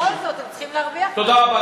בכל זאת, הם צריכים להרוויח משהו.